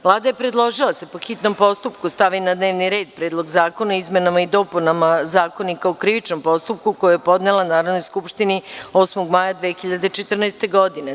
Vlada je predložila da se po hitnom postupku stavi na dnevni red Predlog zakona o izmenama i dopunama Zakonika o krivičnom postupku, koji je podnela Narodnoj skupštini 8. maja 2014. godine.